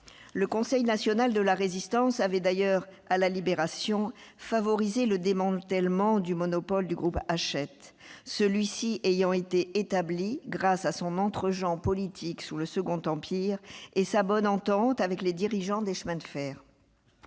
le Conseil national de la Résistance avait d'ailleurs favorisé le démantèlement du monopole du groupe Hachette, celui-ci ayant été établi grâce à son entregent politique sous le Second Empire et à sa bonne entente avec les dirigeants des chemins de fer.